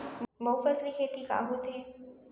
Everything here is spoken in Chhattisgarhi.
बहुफसली खेती का होथे?